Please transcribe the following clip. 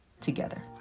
together